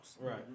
Right